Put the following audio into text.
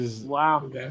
Wow